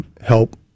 help